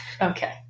Okay